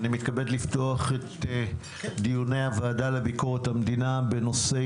אני מתכבד לפתוח את דיוני הוועדה לביקורת המדינה בנושא: